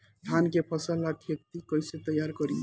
धान के फ़सल ला खेती कइसे तैयार करी?